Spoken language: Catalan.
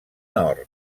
nord